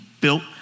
built